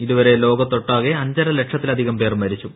ഇതുവരെ ലോകത്തൊട്ടാകെ അഞ്ചര ലക്ഷത്തിലധികം പേർ മരിച്ചു